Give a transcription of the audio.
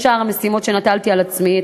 שאר המשימות שנטלתי על עצמי,